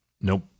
Nope